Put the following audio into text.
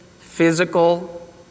physical